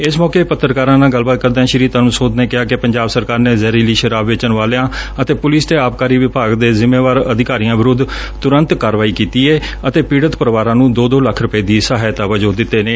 ਇਸ ਮੌਕੇ ਪੱਤਰਕਾਰਾਂ ਨਾਲ ਗੱਲਬਾਤ ਕਰਦਿਆਂ ਸ੍ਰੀ ਧਰਮਸੋਤ ਨੇ ਕਿਹਾ ਕਿ ਪੰਜਾਬ ਸਰਕਾਰ ਨੇ ਜ਼ਹਿਰੀਲੀ ਸ਼ਰਾਬ ਵੇਚਣ ਵਾਲਿਆਂ ਅਤੇ ਪੁਲਿਸ ਤੇ ਆਬਕਾਰੀ ਵਿਭਾਗਾਂ ਦੇ ਜਿੰਮੇਵਾਰ ਅਧਿਕਾਰੀਆਂ ਵਿਰੁੱਧ ਤੁਰੰਤ ਕਾਰਵਾਈ ਕੀਤੀ ਏ ਅਤੇ ਪੰਜਾਬ ਪਰਿਵਾਰਾ ਨੂੰ ਦੋ ਦੋ ਲੱਖ ਰੁਪੈ ਦੀ ਸਹਾਇਤਾ ਵਜੋ ਦਿੱਡੇ ਨੇ